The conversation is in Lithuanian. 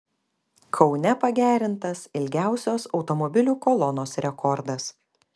kaune pagerintas ilgiausios automobilių kolonos rekordas